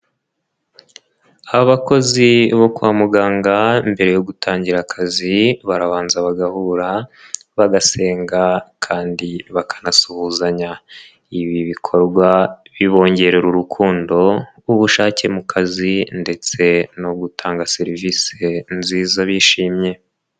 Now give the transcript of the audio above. Abakozi bo kwa muganga mbere yo gutangira akazi, barabanza bagahura, bagasenga kandi bakanasuhuzanya. Ibi bikorwa bibongerera urukundo, ubushake mu kazi ndetse no gutanga serivise nziza bishimye.